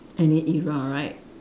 any era right